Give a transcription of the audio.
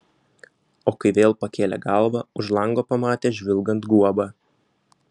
o kai vėl pakėlė galvą už lango pamatė žvilgant guobą